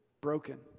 broken